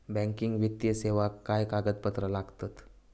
Banking वित्तीय सेवाक काय कागदपत्र लागतत?